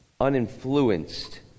uninfluenced